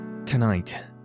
Tonight